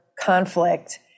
conflict